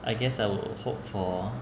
I guess I would hope for